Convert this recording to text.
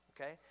okay